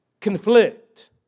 conflict